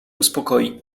uspokoi